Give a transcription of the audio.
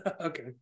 Okay